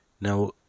Now